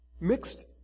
Mixed